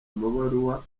amabaruwa